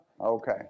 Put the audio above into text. Okay